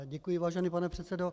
Děkuji, vážený pane předsedo.